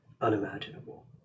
unimaginable